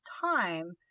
time